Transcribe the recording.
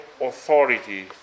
authority